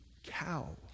Cow